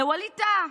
לווליד טאהא.